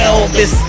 Elvis